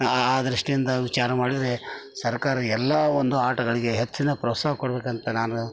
ಆ ಆ ದೃಷ್ಟಿಯಿಂದ ವಿಚಾರ ಮಾಡಿದರೆ ಸರ್ಕಾರ ಎಲ್ಲ ಒಂದು ಆಟಗಳಿಗೆ ಹೆಚ್ಚಿನ ಪ್ರೋತ್ಸಾಹ ಕೊಡಬೇಕಂತ ನಾನು